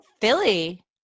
Philly